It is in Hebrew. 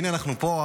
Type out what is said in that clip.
והינה אנחנו פה,